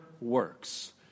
works